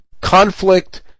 conflict